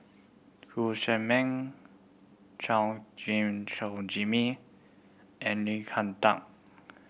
Chew Chor Meng Chua Gim Jimmy and Lim